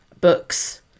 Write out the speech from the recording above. books